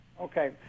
Okay